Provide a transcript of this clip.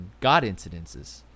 God-incidences